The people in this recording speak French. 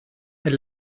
elle